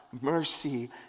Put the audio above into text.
mercy